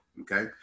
okay